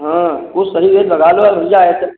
हाँ कुछ सही रेट लगा लो भैया ऐसे